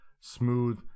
smooth